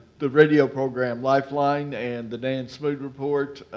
the radio program, lifeline and the dan smoot report,